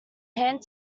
hand